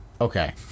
Okay